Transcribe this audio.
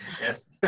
Yes